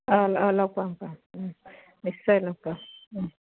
অঁ অঁ লগ পাম পাম নিশ্চয় লগ পাম